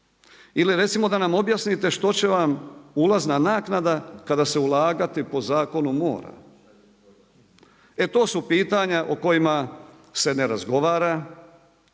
Ili recimo da nam objasnite što će vam ulazna naknada kada se ulagati po zakonu mora. E to su pitanja o kojima se ne razgovara,